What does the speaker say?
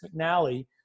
McNally